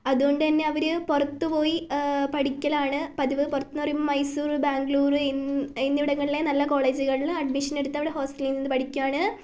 അതുകൊണ്ടുതന്നെ അവർ പുറത്തുപോയി പഠിക്കലാണ് പതിവ് പുറത്തുനിന്ന് പറയുമ്പം മൈസൂർ ബാംഗ്ലൂർ എന്നിവിടങ്ങളിലെ നല്ല കോളേജുകളിൽ അഡ്മിഷന് എടുത്ത് അവിടെ ഹോസ്റ്റലില് നിന്നു പഠിക്കുകയാണ്